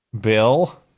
Bill